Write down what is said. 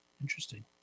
interesting